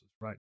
right